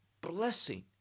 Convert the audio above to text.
Blessing